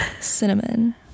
cinnamon